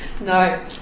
No